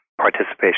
participation